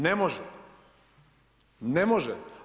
Ne može, ne može.